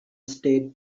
state